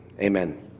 Amen